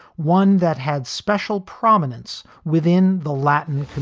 one that had special prominence within the latin